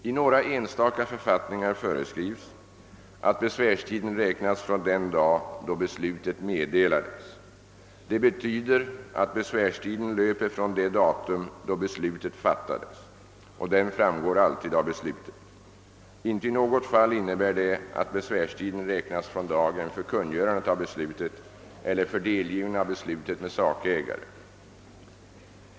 I några enstaka författningar föreskrivs att besvärstiden räknas från den dag då beslutet meddelades. Detta be tyder att besvärstiden löper från det datum då beslutet fattades. Denna dag framgår alltid av beslutet. Inte i något fall innebär det att besvärstiden räknas från dagen för kungörandet av beslutet eller för delgivningen av beslutet med sakägare.